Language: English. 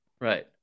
Right